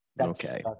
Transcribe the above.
Okay